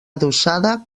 adossada